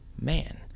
man